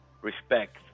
respect